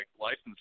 license